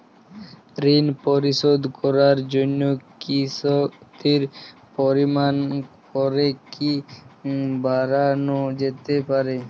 ঋন পরিশোধ করার জন্য কিসতির পরিমান পরে কি বারানো যেতে পারে?